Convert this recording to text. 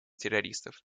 террористов